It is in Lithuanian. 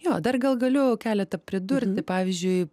jo dar gal galiu keletą pridurti pavyzdžiui